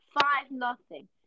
Five-nothing